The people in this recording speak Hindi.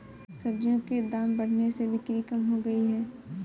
सब्जियों के दाम बढ़ने से बिक्री कम हो गयी है